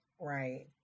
Right